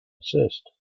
assist